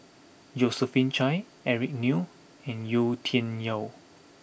Josephine Chia Eric Neo and Yau Tian Yau